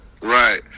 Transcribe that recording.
Right